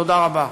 תודה רבה.